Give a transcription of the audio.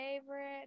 favorite